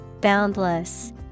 Boundless